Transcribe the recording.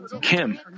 Kim